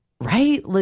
right